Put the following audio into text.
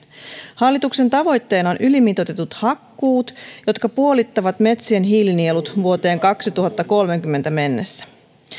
hallituksen tavoitteena on ylimitoitetut hakkuut jotka puolittavat metsien hiilinielut vuoteen kaksituhattakolmekymmentä mennessä